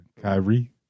Kyrie